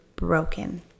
broken